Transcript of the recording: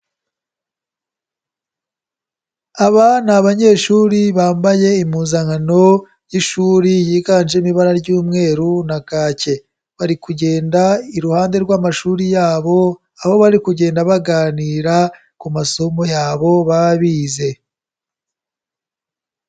Aba ni abanyeshuri bambaye impuzankano y'ishuri, yiganjemo ibara ry'umweru na kake, bari kugenda iruhande rw'amashuri yabo, aho bari kugenda baganira ku masomo yabo baba bize.